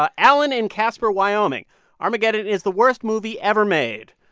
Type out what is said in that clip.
ah alan in casper, wyo. um and armageddon is the worst movie ever made.